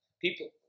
people